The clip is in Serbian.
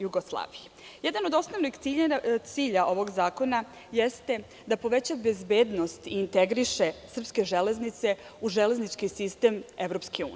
Jedan od osnovnih ciljeva ovog zakona jeste da poveća bezbednost i integriše srpske železnice u železnički sistem EU.